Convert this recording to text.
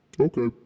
Okay